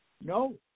No